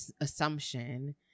assumption